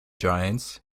giants